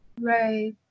Right